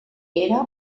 era